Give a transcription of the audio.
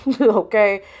Okay